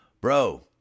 Bro